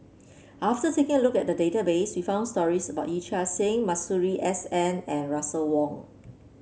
after taking a look at the database we found stories about Yee Chia Hsing Masuri S N and Russel Wong